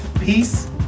Peace